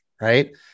Right